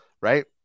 right